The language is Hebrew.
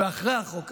ואחרי החוק הזה,